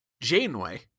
Janeway